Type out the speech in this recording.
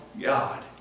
God